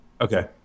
Okay